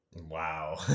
Wow